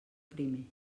primer